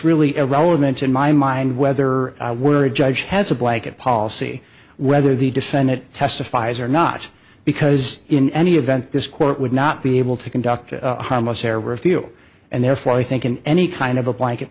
really irrelevant in my mind whether we're a judge has a blanket policy whether the defendant testifies or not because in any event this court would not be able to conduct a harmless error or a feel and therefore i think in any kind of a blanket